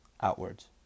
outwards